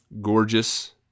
Gorgeous